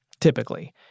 typically